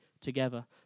together